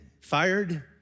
fired